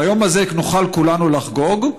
ביום הזה נוכל כולנו לחגוג,